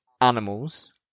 animals